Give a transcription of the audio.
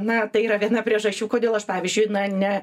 na tai yra viena priežasčių kodėl aš pavyzdžiui na ne